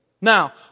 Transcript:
Now